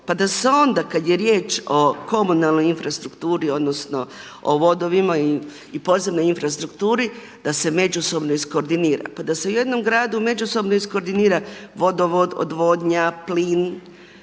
Pa da su se onda kada je riječ o komunalnoj infrastrukturu, odnosno o vodovima i podzemnoj infrastrukturi da se međusobno iskoordinira vodovod, odvodnja, plin,